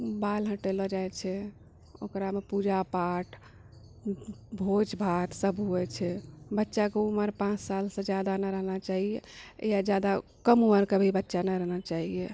बाल हटेला जाइछे ओकरामे पूजा पाठ भोज भात सब होइ छै बच्चाके उमर पाँच सालसँ जादा नहि रहना चाहिए या जादा कम उमरके भी बच्चा नहि रहना चाहिए